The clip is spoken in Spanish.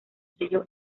sello